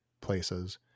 places